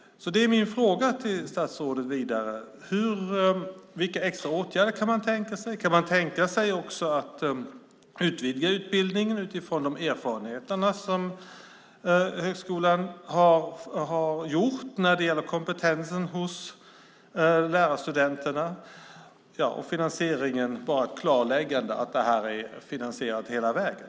Vidare är min fråga till statsrådet: Vilka extra åtgärder kan man tänka sig? Kan man tänka sig att också utvidga utbildningen utifrån de erfarenheter som högskolan har gjort när det gäller kompetensen hos lärarstudenterna? Jag vill också ha ett klarläggande om finansieringen, att detta är finansierat hela vägen.